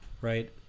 Right